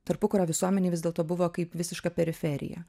tarpukario visuomenėj vis dėlto buvo kaip visiška periferija